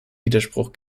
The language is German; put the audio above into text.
widerspruch